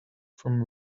from